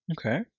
Okay